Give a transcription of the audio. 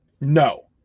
No